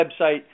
website